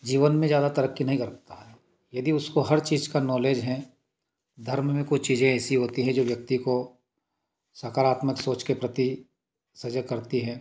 जीवन में ज़्यादा तरक्की नहीं करता है यदि उसको हर चीज़ का नॉलेज है धर्म में कुछ चीज़ें ऐसी होती है जो व्यक्ति को सकारात्मक सोच के प्रति सजह करती हैं